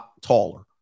taller